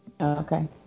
Okay